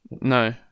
No